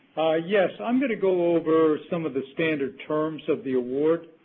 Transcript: yes, i'm going to go over some of the standard terms of the award.